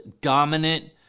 Dominant